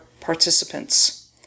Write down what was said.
participants